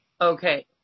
okay